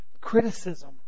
criticism